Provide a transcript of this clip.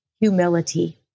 humility